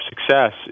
success